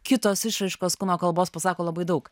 kitos išraiškos kūno kalbos pasako labai daug